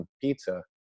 pizza